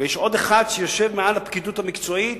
ויש עוד אחד שיושב מעל הפקידות המקצועית